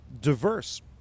Diverse